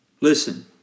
Listen